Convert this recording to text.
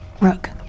Rook